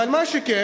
אבל מה שכן,